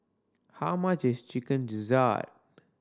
how much is Chicken Gizzard